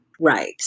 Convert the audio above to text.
Right